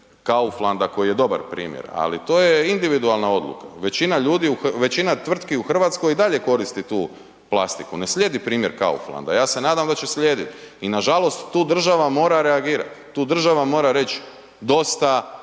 Kauflanda koji je dobar primjer, ali to je individualna odluka, većina ljudi, većina tvrtki u RH i dalje koristi tu plastiku, ne slijedi primjer Kauflanda, ja se nadam da će slijedit i nažalost tu država mora reagirat, tu država mora reć dosta